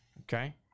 Okay